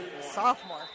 Sophomore